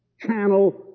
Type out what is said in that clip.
channel